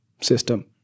system